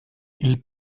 ils